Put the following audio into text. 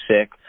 sick